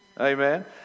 Amen